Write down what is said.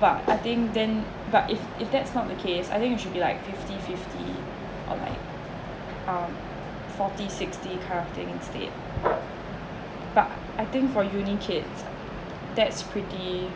but I think then but if if that's not the case I think you should be like fifty fifty or like um forty sixty carve thing instead but I think for uni kid that's pretty